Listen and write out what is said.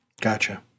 Gotcha